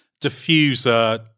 diffuser